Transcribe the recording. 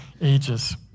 ages